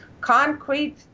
concrete